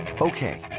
Okay